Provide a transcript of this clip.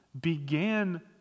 began